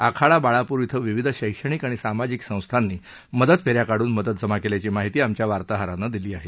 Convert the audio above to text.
आखाडा बाळापूर इथं विविध शैक्षणिक आणि सामाजिक संस्थांनी मदत फे या काढून मदत जमा केल्याची माहिती आमच्या वार्ताहरानं दिली आहे